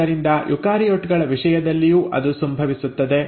ಆದ್ದರಿಂದ ಯುಕಾರಿಯೋಟ್ ಗಳ ವಿಷಯದಲ್ಲಿಯೂ ಅದು ಸಂಭವಿಸುತ್ತದೆ